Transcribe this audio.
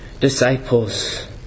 disciples